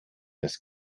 das